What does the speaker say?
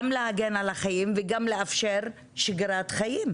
גם להגן על החיים וגם לאפשר שגרת חיים.